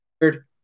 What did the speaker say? third